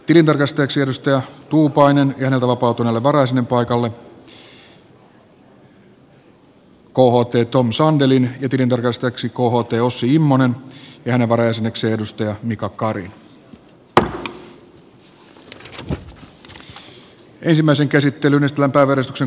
tilintarkastajaksi edustaja kauko tuupainen ja häneltä vapautuneelle varajäsenen paikalle kht jhtt tom sandell ja tilintarkastajaksi kht osmo immonen ja hänen varajäsenekseen edustaja mika kari